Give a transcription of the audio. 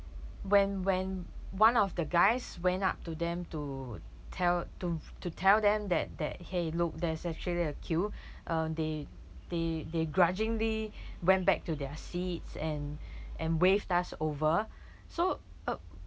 when when one of the guys went up to them to tell to to tell them that that !hey! look there's actually a queue uh they they they grudgingly went back to their seats and and waved us over so uh